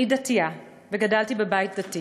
אני דתייה, וגדלתי בבית דתי,